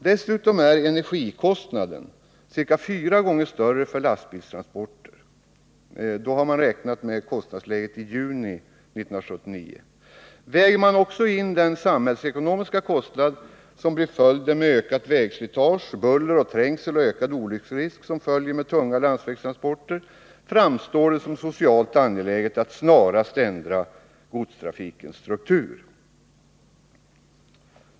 Dessutom är energikostnaden ca fyra gånger större för lastbilstransporten; då har man räknat med kostnadsläget i juni 1979. Väger man också in den samhällsekonomiska kostnaden för ökat vägslitage, buller, trängsel och ökad olycksrisk som följer med tunga landsvägstransporter, framstår det som socialt angeläget att snarast ändra godstrafikens struktur.